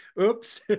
oops